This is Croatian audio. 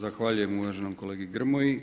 Zahvaljujem uvaženom kolegi Gromji.